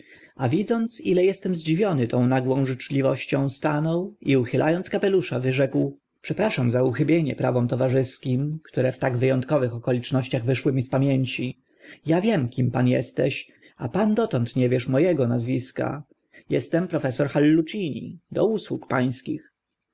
a widząc ile estem zdziwiony tą nagłą życzliwością stanął i uchyla ąc kapelusza wyrzekł przepraszam za uchybienie prawom towarzyskim które w tak wy ątkowych okolicznościach wyszły mi z pamięci a wiem kto pan esteś a pan dotąd nie wiesz mo ego nazwiska estem profesor hallucini do usług pańskich